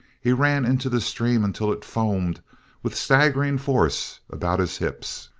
he ran into the stream until it foamed with staggering force about his hips.